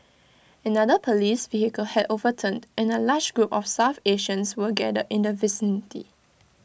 another Police vehicle had overturned and A large group of south Asians were gathered in the vicinity